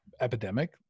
epidemic